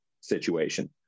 situation